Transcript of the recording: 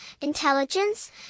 intelligence